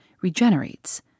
regenerates